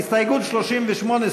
הסתייגות 38,